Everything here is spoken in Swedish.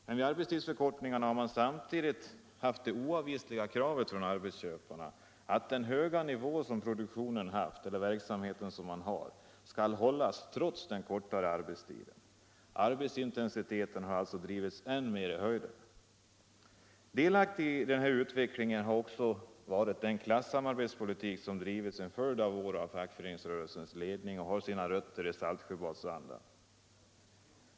Men vid arbetstidsförkortningarna har man samtidigt haft det oavvisliga kravet från arbetsköparna, att den höga nivån i produktionen eller verksamheten skall hållas trots den kortare arbetstiden. Arbetsintensiteten har alltså drivits än mer i höjden. Delaktig i denna utveckling har också varit den klassamarbetspolitik som drivits i en följd av år av fackföreningsrörelsens ledning och som har sina rötter i Saltsjöbadsavtalet.